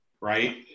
right